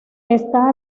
está